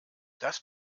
das